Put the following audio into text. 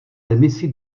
demisi